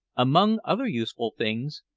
among other useful things,